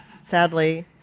Sadly